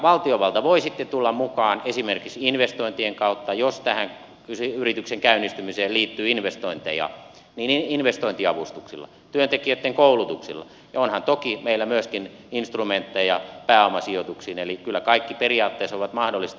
valtiovalta voi sitten tulla mukaan esimerkiksi investointien kautta jos tähän yrityksen käynnistymiseen liittyy investointeja investointiavustuksilla työntekijöitten koulutuksilla ja onhan toki meillä myöskin instrumentteja pääomasijoituksiin eli kyllä kaikki periaatteessa on mahdollista